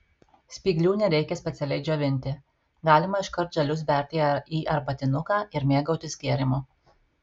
spyglių nereikia specialiai džiovinti galima iškart žalius berti į arbatinuką ir mėgautis gėrimu